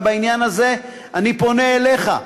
ובעניין הזה אני פונה אליך,